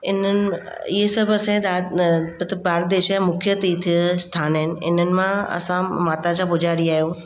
इन्हनि इहे सभु असाजे मतिलबु भारत देश जा मुख्यु तीर्थ आस्थान आहिनि इन्हनि मां असां माता जा पुॼारी आहियूं